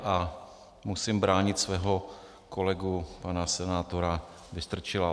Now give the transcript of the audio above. A musím bránit svého kolegu pana senátora Vystrčila.